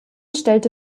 stellt